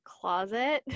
closet